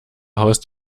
haust